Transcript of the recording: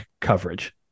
coverage